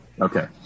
Okay